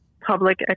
public